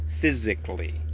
physically